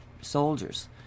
soldiers